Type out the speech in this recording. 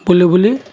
ବୁଲି ବୁଲି